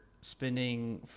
spending